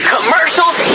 Commercials